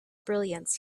brilliance